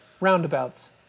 roundabouts